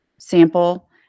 Sample